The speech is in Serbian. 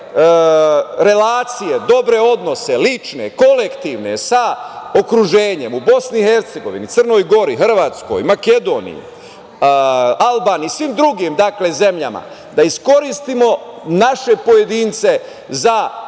relacije, dobre odnose, lične, kolektivne sa okruženjem, u BiH, Crnoj Gori, Hrvatskoj, Makedoniji, Albaniji i svim drugim zemljama, da iskoristimo naše pojedince za